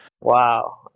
Wow